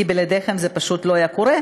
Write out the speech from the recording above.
כי בלעדיכם זה פשוט לא היה קורה,